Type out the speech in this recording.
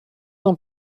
ans